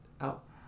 out